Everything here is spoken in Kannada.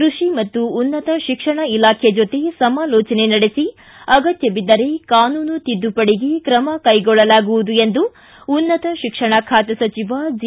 ಕೃಷಿ ಮತ್ತು ಉನ್ನತ ಶಿಕ್ಷಣ ಇಲಾಖೆ ಜೊತೆ ಸಮಾಲೋಜನೆ ನಡೆಸಿ ಅಗತ್ಯ ಬಿದ್ದರೆ ಕಾನೂನು ತಿದ್ದುಪಡಿಗೆ ಕ್ರಮ ಕೈಗೊಳ್ಳಲಾಗುವುದು ಎಂದು ಉನ್ನತ ಶಿಕ್ಷಣ ಖಾತೆ ಸಚಿವ ಜಿ